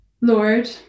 Lord